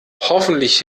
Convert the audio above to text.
hoffentlich